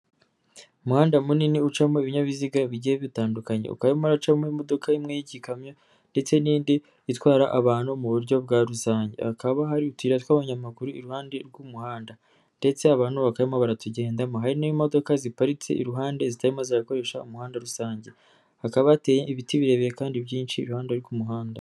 Umuhanda munini ucamo ibinyabiziga bigiye bitandukanye ukabamoracamo imodoka imwe y'ikamyo ndetse n'indi itwara abantu mu buryo bwa hakaba hari utura tw'abanyamaguru iruhande rw'umuhanda ndetse abantu ba bakamo baratugendamo hari n'imodoka ziparitse iruhande ziteyerimo ziyakoresha umuhanda rusange hakaba bateye ibiti birebire kandi byinshi iruhande rw'umuhanda.